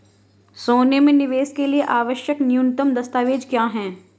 सोने में निवेश के लिए आवश्यक न्यूनतम दस्तावेज़ क्या हैं?